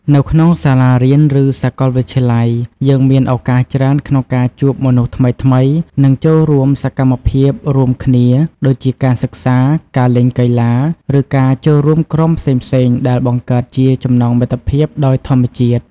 នៅក្នុងសាលារៀន ឬសាកលវិទ្យាល័យ យើងមានឱកាសច្រើនក្នុងការជួបមនុស្សថ្មីៗ និងចូលរួមសកម្មភាពរួមគ្នា ដូចជាការសិក្សា ការលេងកីឡា ឬការចូលរួមក្រុមផ្សេងៗ ដែលបង្កើតជាចំណងមិត្តភាពដោយធម្មជាតិ។